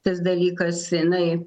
tas dalykas jinai